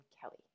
Kelly